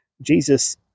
Jesus